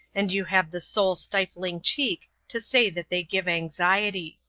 and you have the soul-stifling cheek to say that they give anxiety.